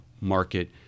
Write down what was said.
market